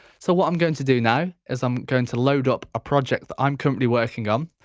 so what i'm going to do now is i'm going to load up a project that i'm currently working on.